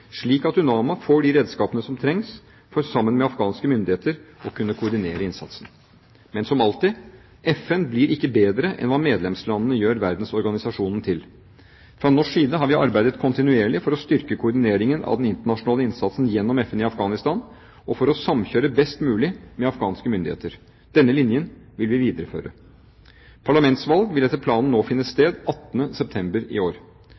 slik at UNAMA får de redskapene som trengs for sammen med afghanske myndigheter å kunne koordinere innsatsen. Men, som alltid: FN blir ikke bedre enn hva medlemslandene gjør verdensorganisasjonen til. Fra norsk side har vi arbeidet kontinuerlig for å styrke koordineringen av den internasjonale innsatsen gjennom FN i Afghanistan og for å samkjøre best mulig med afghanske myndigheter. Denne linjen vil vi videreføre. Parlamentsvalg vil etter planen nå finne sted 18. september i år.